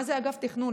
מה זה אגף תכנון?